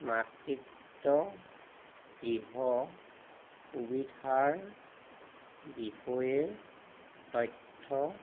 মাতৃত্ব গৃহ সুবিধাৰ বিষয়ে তথ্য